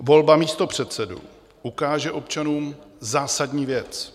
Volba místopředsedů ukáže občanům zásadní věc.